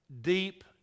deep